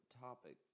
topic